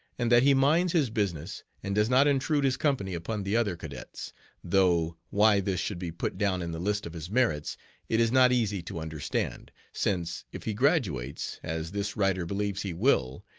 and that he minds his business and does not intrude his company upon the other cadets though why this should be put down in the list of his merits it is not easy to understand, since, if he graduates, as this writer believes he will,